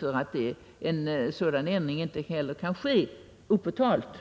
för att en sådan ändring inte heller kan ske opåtalt.